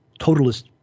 totalist